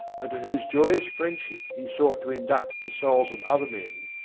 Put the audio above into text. and to whose joyous friendship he sought to induct the souls of other men,